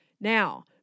Now